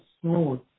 smooth